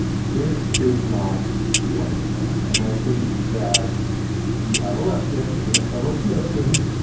this is not one of them. and i think that we have a lesson. we have some lessons.